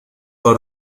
for